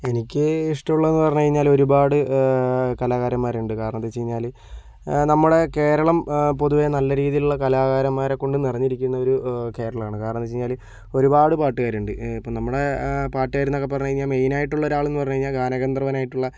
എനിക്ക് ഇഷ്ടമുള്ളത് എന്ന് പറഞ്ഞ് കഴിഞ്ഞാല് ഒരുപാട് കലാകാരന്മാരുണ്ട് കാരണം എന്ത് വെച്ച് കഴിഞ്ഞാല് നമ്മുടെ കേരളം പൊതുവെ നല്ല രീതിയിലുള്ള കലാകാരന്മാരെക്കൊണ്ട് നിറഞ്ഞിരിക്കുന്ന ഒരു കേരളമാണ് കാരണമെന്ന് വെച്ച് കഴിഞ്ഞാൽ ഒരുപാട് പാട്ടുകാരുണ്ട് ഇപ്പോൾ നമ്മുടെ പാട്ടുക്കാര് എന്ന് പറഞ്ഞു കഴിഞ്ഞാൽ മെയിൻ ആയിട്ടുള്ള ഒരാള് എന്ന് പറഞ്ഞാൽ ഗാന ഗന്ധർവനായിട്ടുള്ള